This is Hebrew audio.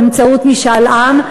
באמצעות משאל עם,